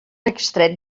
extret